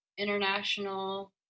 international